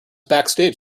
backstage